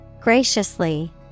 Graciously